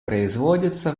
производится